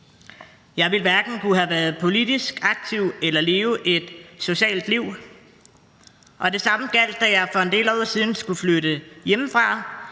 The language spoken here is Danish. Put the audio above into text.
Jeg ville hverken kunne have været politisk aktiv eller leve et socialt liv, og det samme gjaldt, da jeg for en del år siden skulle flytte hjemmefra,